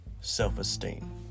self-esteem